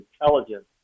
intelligence